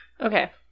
Okay